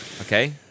Okay